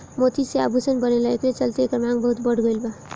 मोती से आभूषण बनेला एकरे चलते एकर मांग बहुत बढ़ गईल बा